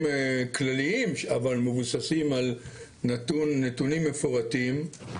כלליים אבל מבוססים על נתונים מפורטים,